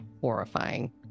horrifying